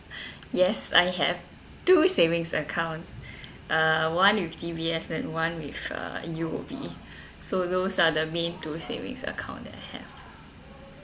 yes I have two savings accounts uh one with D_B_S and one with uh U_O_B so those are the main two savings account that I have